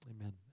Amen